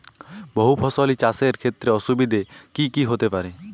বহু ফসলী চাষ এর ক্ষেত্রে অসুবিধে কী কী হতে পারে?